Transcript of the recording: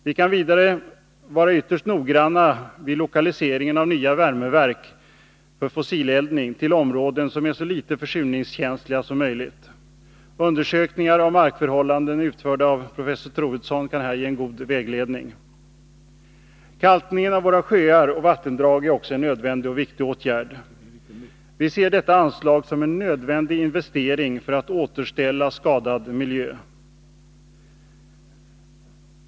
Vi kan vidare vara ytterst noggranna vid lokaliseringen av nya värmeverk för fossileldning och förlägga dem till områden som är så litet försurningskänsliga som möjligt. Undersökningar av markförhållanden utförda av professor Troedsson kan här ge god vägledning. Kalkning av våra sjöar och vattendrag är också en nödvändig och viktig åtgärd. Vi ser anslaget härför som en nödvändig investering för att återställa skadad miljö.